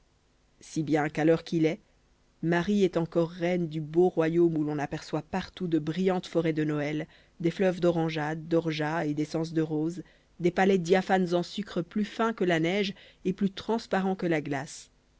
si bien qu'à l'heure qu'il est marie est encore reine du beau royaume où l'on aperçoit partout de brillantes forêts de noël des fleuves d'orangeade d'orgeat et d'essence de rose des palais diaphanes en sucre plus fin que la neige et plus transparent que la glace